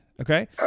okay